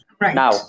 Now